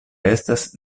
estas